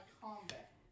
combat